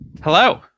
hello